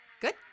Good